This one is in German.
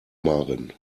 maren